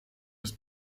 des